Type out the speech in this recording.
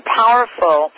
powerful